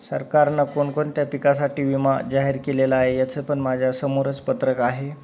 सरकारनं कोणकोणत्या पिकासाठी विमा जाहीर केलेला आहे याचं पण माझ्या समोरच पत्रक आहे